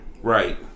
right